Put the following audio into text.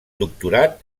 doctorat